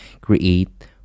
create